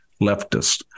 leftist